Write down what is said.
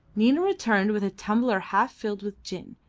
nina returned with a tumbler half filled with gin,